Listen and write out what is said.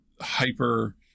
hyper